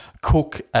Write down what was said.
cook